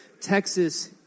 Texas